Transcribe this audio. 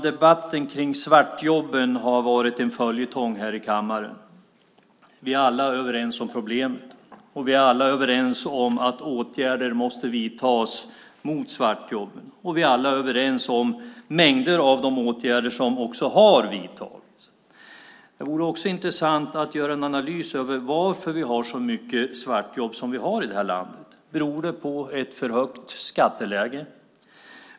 Debatten om svartjobben har varit en följetong här i kammaren. Vi är alla överens om problemen. Vi är alla överens om att åtgärder måste vidtas mot svartjobben. Och vi är alla överens om mängder av de åtgärder som också har vidtagits. Det vore också intressant att göra en analys av varför vi har så mycket svartjobb som vi har i det här landet. Beror det på ett för högt skatteläge?